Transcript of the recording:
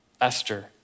Esther